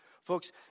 Folks